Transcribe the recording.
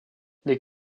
les